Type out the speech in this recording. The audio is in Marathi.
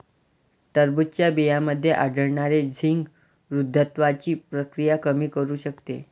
टरबूजच्या बियांमध्ये आढळणारे झिंक वृद्धत्वाची प्रक्रिया कमी करू शकते